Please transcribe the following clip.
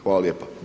Hvala lijepo.